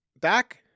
back